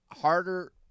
harder